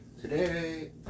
Today